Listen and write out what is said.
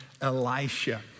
Elisha